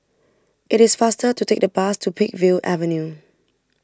it is faster to take the bus to Peakville Avenue